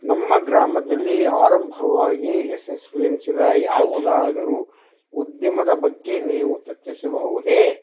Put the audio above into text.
ನಮ್ಮ ಗ್ರಾಮದಲ್ಲಿ ಆರಂಭವಾಗಿ ಯಶಸ್ವಿ ಅನಿಸಿದ ಯಾವುದಾದರೂ ಉದ್ಯಮದ ಬಗ್ಗೆ ನೀವು ಚರ್ಚಿಸಬಹುದೇ